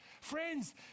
Friends